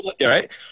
right